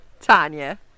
Tanya